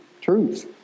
truth